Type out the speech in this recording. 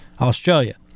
australia